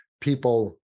People